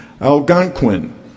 Algonquin